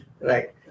Right